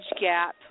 gap